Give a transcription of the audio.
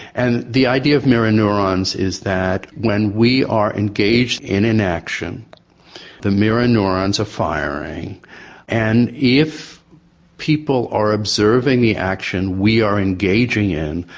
and the idea of mirror neurons is that when we are engaged in an action the mirror neurons are firing and if people are observing the action we are engaging in,